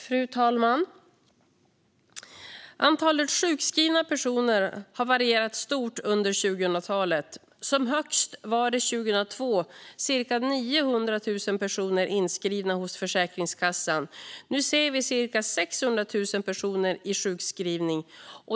Fru talman! Antalet sjukskrivna personer har varierat stort under 2000-talet. Som högst var det 2002. Cirka 900 000 personer var då inskrivna hos Försäkringskassan. Nu ser vi cirka 600 000 personer i sjukskrivning.